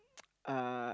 uh